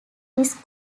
this